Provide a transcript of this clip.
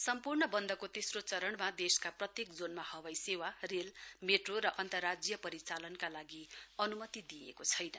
सम्पूर्ण बन्दको तेस्रो चरणमा देशका प्रत्येक जोनमा हवाई सेवा रेल मेर्टो र अन्तर्राज्य परिचालनका लागि अनुमति दिइएको छैन